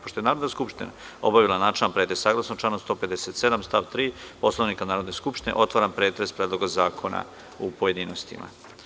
Pošto je Narodna skupština obavila načelni pretres, saglasno članu 157. stav 3. Poslovnika Narodne skupštine, otvaram pretres Predloga zakona u pojedinostima.